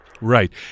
Right